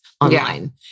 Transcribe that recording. online